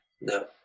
No